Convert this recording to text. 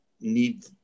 need